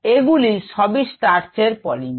এগুলি সবই স্টার্চের পলিমার